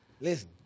listen